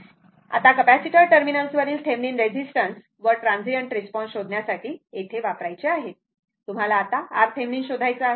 आता कॅपेसिटर टर्मिनल्सवरील Thevenin resistance ब् ट्रांझीयंट रिस्पॉन्स शोधण्यासाठी येथे वापरायचे आहेत तुम्हाला आता RThevenin शोधायचा आहे